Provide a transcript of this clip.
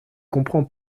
comprends